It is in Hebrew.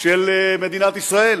של מדינת ישראל,